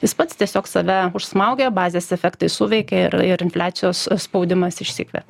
jis pats tiesiog save užsmaugė bazės efektai suveikė ir ir infliacijos spaudimas išsikvėpė